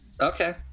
Okay